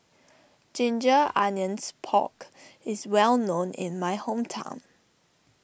Ginger Onions Pork is well known in my hometown